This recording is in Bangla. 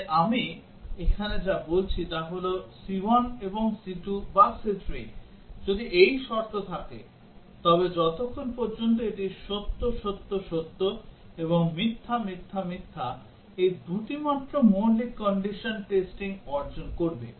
তাই আমি এখানে যা বলছি তা হল c1 এবং c2 বা c3 যদি এই শর্ত থাকে তবে যতক্ষণ পর্যন্ত এটি সত্য সত্য সত্য এবং মিথ্যা মিথ্যা মিথ্যা এই দুটি মাত্র মৌলিক কন্ডিশন টেস্টিং অর্জন করবে